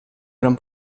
gran